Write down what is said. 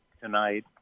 tonight